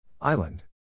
Island